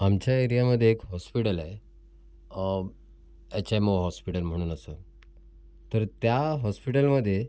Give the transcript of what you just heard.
आमच्या एरियामध्ये एक हॉस्पिटल आहे एच एम ओ हॉस्पिटल म्हणून असं तर त्या हॉस्पिटलमध्ये